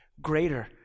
greater